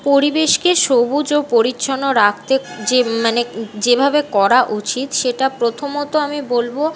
পরিবেশকে সবুজ ও পরিচ্ছন্ন রাখতে যে মানে যেভাবে করা উচিত সেটা প্রথমত আমি বলবো